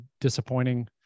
disappointing